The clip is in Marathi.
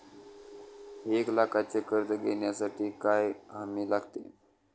एक लाखाचे कर्ज घेण्यासाठी काय हमी लागते?